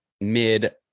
mid